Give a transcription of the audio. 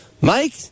Mike